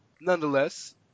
Nonetheless